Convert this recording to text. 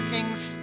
Kings